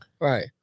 right